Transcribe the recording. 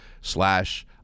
slash